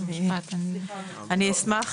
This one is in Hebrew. אני אשמח